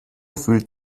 fühlt